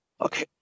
Okay